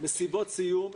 מסיבות סיום,